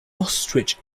ostrich